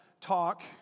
talk